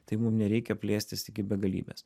tai mum nereikia plėstis iki begalybės